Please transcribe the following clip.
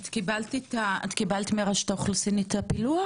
את קיבלת מרשום האוכלוסין את הפילוח?